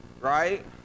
right